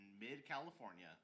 mid-California